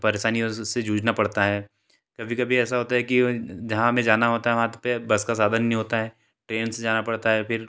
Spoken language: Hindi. परेशानियों से जूझना पड़ता है कभी कभी ऐसा होता है कि जहाँ हमें जाना होता है वहाँ पर बस का साधन नहीं होता है ट्रेन से जाना पड़ता है फिर